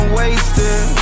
wasted